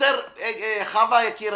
חוה יקירתי,